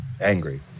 Angry